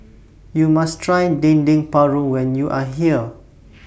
YOU must Try Dendeng Paru when YOU Are here